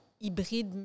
hybride